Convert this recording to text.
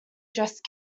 dressed